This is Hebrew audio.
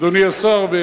אדוני השר,